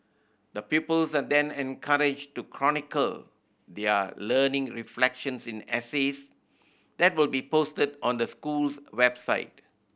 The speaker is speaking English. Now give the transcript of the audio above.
the pupils are then encouraged to chronicle their learning reflections in essays that will be posted on the school's website